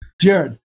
Jared